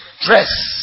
dress